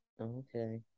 Okay